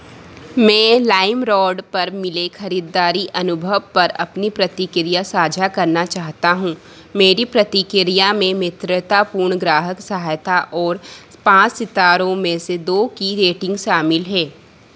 मैं लाइमरॉड पर मिले खरीददारी अनुभव पर अपनी प्रतिक्रिया साझा करना चाहता हूँ मेरी प्रतिक्रिया में मित्रतापूर्ण ग्राहक सहायता और पाँच सितारों में से दो की रेटिंग शामिल है